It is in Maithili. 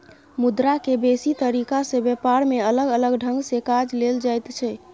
मुद्रा के बेसी तरीका से ब्यापार में अलग अलग ढंग से काज लेल जाइत छै